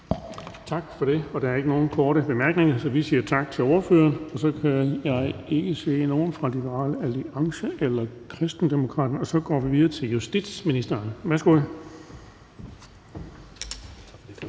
Tak for det. Der er ikke nogen korte bemærkninger, så vi siger tak til ordføreren. Jeg kan ikke se nogen fra Liberal Alliance eller Kristendemokraterne. Derfor går vi videre til justitsministeren. Værsgo. Kl.